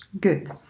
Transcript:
Good